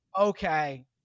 okay